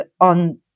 on